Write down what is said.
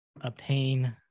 obtain